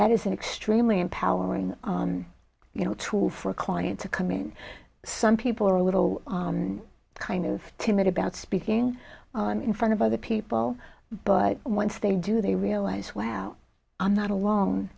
that is an extremely empowering you know tool for a client to come in some people are a little kind of timid about speaking in front of other people but once they do they realize wow i'm not alone